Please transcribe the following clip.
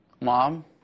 Mom